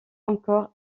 encore